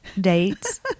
dates